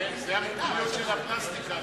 זאת המומחיות של הפלסטיקה,